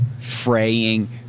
fraying